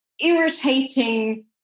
irritating